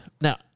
now